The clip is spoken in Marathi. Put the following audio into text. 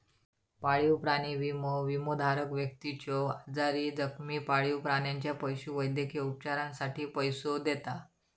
पाळीव प्राणी विमो, विमोधारक व्यक्तीच्यो आजारी, जखमी पाळीव प्राण्याच्या पशुवैद्यकीय उपचारांसाठी पैसो देता